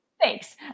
Thanks